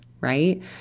right